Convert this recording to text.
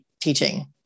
teaching